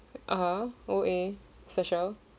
uh O_A special